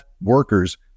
workers